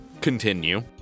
continue